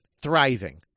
thriving